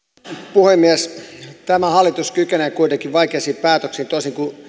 puhemies tämä hallitus kykenee kuitenkin vaikeisiin päätöksiin toisin kuin